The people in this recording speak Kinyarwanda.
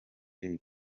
jay